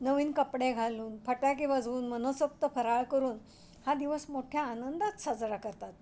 नवीन कपडे घालून फटाके वाजवून मनसोक्त फराळ करून हा दिवस मोठ्या आनंदात साजरा करतात